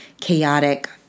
chaotic